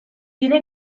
tiene